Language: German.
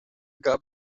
gab